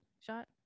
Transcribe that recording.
shot